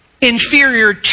inferior